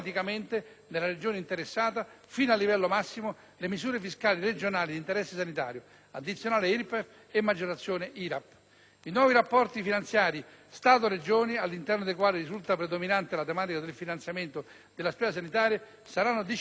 fino al livello massimo, le misure fiscali regionali di interesse sanitario (addizionale IRPEF e maggiorazione IRAP). I nuovi rapporti finanziari Stato-Regioni, all'interno dei quali risulta predominante la tematica del finanziamento della spesa sanitaria, saranno disciplinati dal provvedimento legislativo